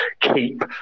keep